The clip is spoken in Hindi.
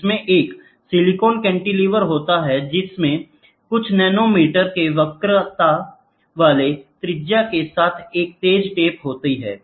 इसमें एक सिलिकॉन कैंटिलीवर होता है जिसमें कुछ ननोमीटर के वक्रता वाले त्रिज्या के साथ एक तेज टिप होता है